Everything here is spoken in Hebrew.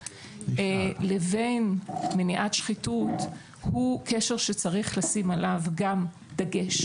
לבין מניעת שחיתות הוא קשר שצריך לשים עליו גם דגש.